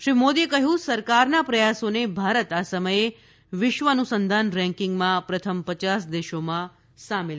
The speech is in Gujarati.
શ્રી મોદીએ કહ્યું કે સરકારના પ્રયાસોને ભારત આ સમયે વિશ્વ અનુસંધાનના રેંકિંગમાં પ્રથમ પચાસ દેશોમાં સામેલ છે